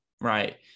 right